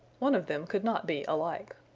one of them could not be alike.